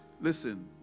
listen